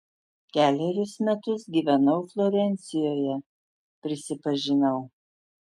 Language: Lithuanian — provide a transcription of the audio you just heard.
kelerius metus gyvenau florencijoje prisipažinau